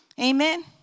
amen